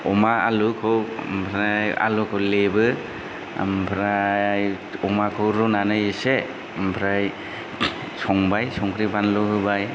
अमा आलुखौ ओमफ्राय आलुखौ लेमो ओमफ्राय अमाखौ रुनानै एसे ओमफ्राय संबाय संख्रै बानलु होबाय